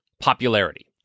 popularity